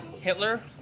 Hitler